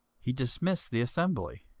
he dismissed the assembly.